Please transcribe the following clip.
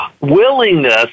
Willingness